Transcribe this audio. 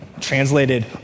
translated